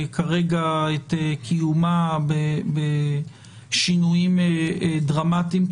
כרגע את קיומה בשינויים דרמטיים,